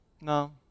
No